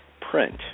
print